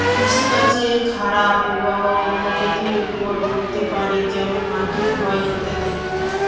কৃষিকাজের খারাপ প্রভাব প্রকৃতির ওপর পড়তে পারে যেমন মাটির ক্ষয় ইত্যাদি